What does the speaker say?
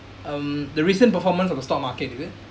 um the recent performance of the stock market is it